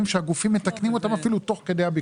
שהגופים מתקנים אותם אפילו תוך כדי הביקורת.